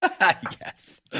Yes